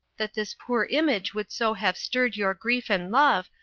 that this poor image would so have stirred your grief and love,